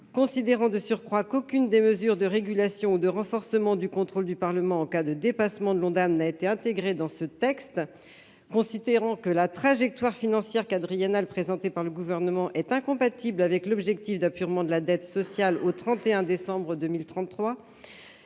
considérant de surcroît qu'aucune des mesures de régulation, de renforcement du contrôle du Parlement en cas de dépassement de l'Ondam n'a été intégrée dans ce texte, considérant que la trajectoire financière quadriennal présenté par le gouvernement est incompatible avec l'objectif d'apurement de la dette sociale au 31 décembre 2033,